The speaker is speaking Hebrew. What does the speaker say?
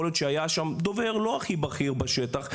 יכול להיות שהיה שם דובר לא הכי בכיר בשטח.